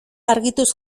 argituz